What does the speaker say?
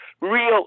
real